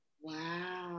wow